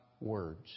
words